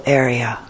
area